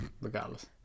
regardless